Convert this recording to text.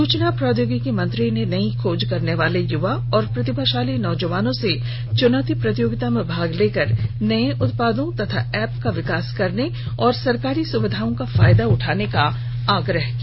सूचना प्रौद्योगिकी मंत्री ने नयी खोज करने वाले युवा और प्रतिभाशाली नौजवानों से चुनौती प्रतियोगिता में भाग लेकर नये उत्पादों तथा एप्प का विकास करने और सरकारी सुविधाओं का फायदा उठाने का आग्रह किया